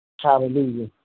Hallelujah